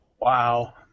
Wow